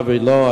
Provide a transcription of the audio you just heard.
במידה שלא,